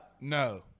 No